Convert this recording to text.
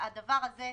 התש"ף-2020,